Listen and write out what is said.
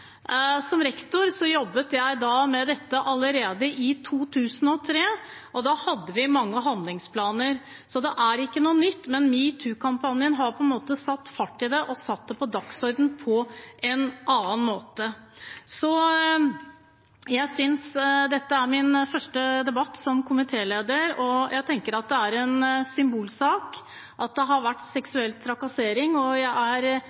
Som rektor jobbet jeg med dette allerede i 2003, og da hadde vi mange handlingsplaner. Så det er ikke noe nytt, men metoo-kampanjen har satt fart i det og satt det på dagsordenen på en annen måte. Dette er min første debatt som komitéleder, og jeg tenker at det er en symbolsak at den har handlet om seksuell trakassering, og jeg er